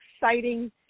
exciting